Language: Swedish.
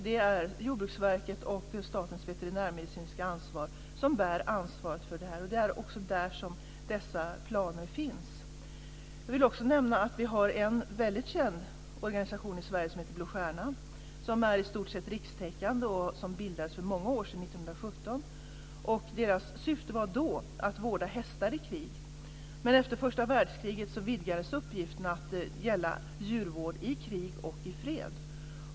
Det är Jordbruksverket och Statens veterinärmedicinska anstalt som bär ansvaret för detta. Det är också där som dessa planer finns. Jag vill också nämna att vi har en väldigt känd organisation i Sverige som heter Blå stjärnan. Den är i stort sett rikstäckande och bildades 1917. Blå stjärnans syfte var då att vårda hästar i krig. Men efter första världskriget vidgades uppgiften till att gälla djurvård i krig och i fred.